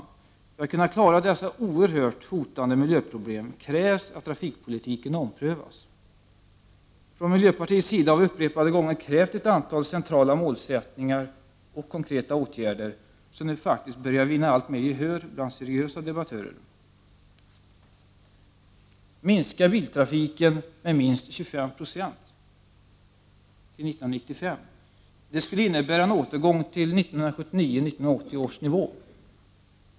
För att vi skall kunna klara dessa oerhört hotande miljöproblem krävs att trafikpolitiken omprövas. Från miljöpartiets sida har vi upprepade gånger krävt ett antal centrala målsättningar och konkreta åtgärder — vilket nu faktiskt vinner alltmer gehör bland seriösa debattörer. Minska biltrafiken med minst 25 Yo till 1995! Det skulle innebära en återgång till 1979/80 års nivå.